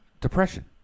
depression